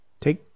Take